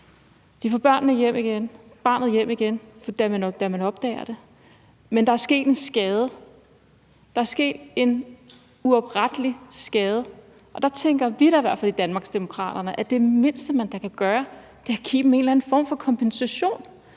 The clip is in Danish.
De får barnet hjem igen, da man opdager det. Men der er sket en skade. Der er sket en uoprettelig skade. Og der tænker vi da i hvert fald i Danmarksdemokraterne, at det mindste, man kan gøre, er at give dem en eller anden form for kompensation